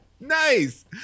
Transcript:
Nice